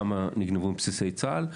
כמה נגנבו מבסיסי צה"ל,